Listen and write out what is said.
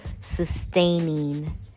sustaining